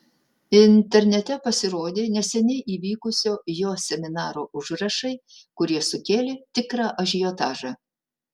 internete pasirodė neseniai įvykusio jo seminaro užrašai kurie sukėlė tikrą ažiotažą